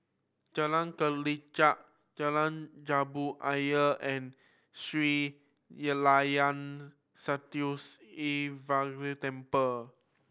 Jalan Kelichap Jalan Jambu Ayer and Sri Layan Sithi Vinayagar Temple